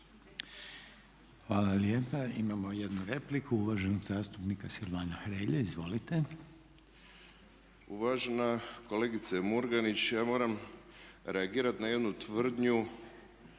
Hvala lijepa. Imamo jednu repliku, uvaženog zastupnika Silvana Hrelje. Izvolite. **Hrelja, Silvano (HSU)** Uvažena kolegice Murganić, ja moram reagirati na jednu tvrdnju